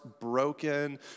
broken